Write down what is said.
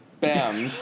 Bam